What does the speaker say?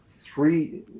three